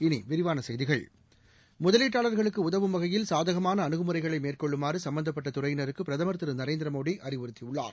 இனிவிரிவானசெய்திகள் முதலீட்டாளர்களுக்குஉதவும் வகையில்சாதகமானஅனுகுமுறைகளைமேற்கொள்ளுமாறுசம்பந்தப்பட்டதுறையினருக்குபிரதம் திரு நரேந்திரமோடிஅறிவுறுத்தியுள்ளார்